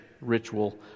ritual